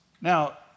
Now